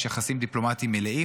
יש יחסים דיפלומטיים מלאים.